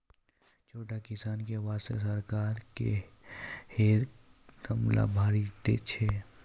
छोटो किसान के वास्तॅ सरकार के है कदम लाभकारी छै